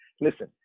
listen